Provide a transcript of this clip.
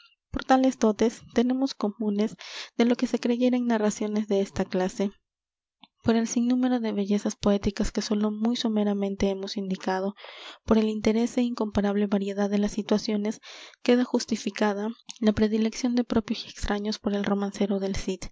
por tales dotes menos comunes de lo que se creyera en narraciones de esta clase por el sinnúmero de bellezas poéticas que sólo muy someramente hemos indicado por el interés é incomparable variedad de las situaciones queda justificada la predilección de propios y extraños por el romancero del cid